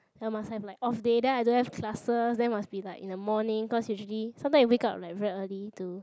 and I must have like off day then I don't have classes then must be like in the morning cause usually sometimes you wake up like very early to